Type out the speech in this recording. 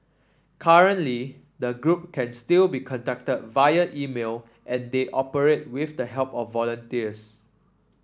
currently the group can still be contacted via email and they operate with the help of volunteers